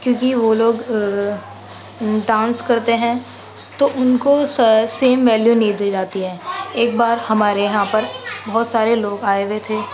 کیوںکہ وہ لوگ ڈانس كرتے ہیں تو اُن كو سیم ویلیو نہیں دی جاتی ہے ایک بار ہمارے یہاں پر بہت سارے لوگ آئے ہوئے تھے